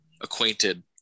acquainted